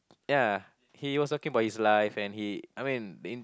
ya he was talking about his life and he I mean in